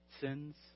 sins